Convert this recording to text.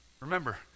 Remember